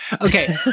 Okay